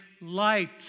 light